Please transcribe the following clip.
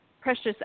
precious